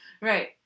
right